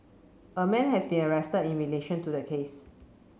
a man has been arrested in relation to the case